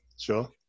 Sure